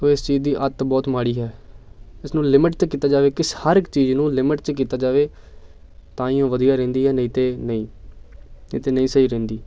ਸੋ ਇਸ ਚੀਜ਼ ਦੀ ਆਦਤ ਬਹੁਤ ਮਾੜੀ ਹੈ ਇਸਨੂੰ ਲਿਮਿਟ 'ਤੇ ਕੀਤਾ ਜਾਵੇ ਕਿਸ ਹਰ ਇੱਕ ਚੀਜ਼ ਨੂੰ ਲਿਮਿਟ 'ਚ ਕੀਤਾ ਜਾਵੇ ਤਾਂ ਹੀ ਉਹ ਵਧੀਆ ਰਹਿੰਦੀ ਹੈ ਨਹੀਂ ਤਾਂ ਨਹੀਂ ਤਾਂ ਨਹੀਂ ਸਹੀ ਰਹਿੰਦੀ